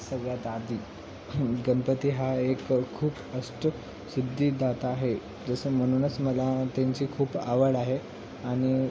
सगळ्यात आधी हं गणपती हा एक खूप अष्ट सिद्धी दाता आहे जसं म्हणूनच मला त्यांची खूप आवड आहे आणि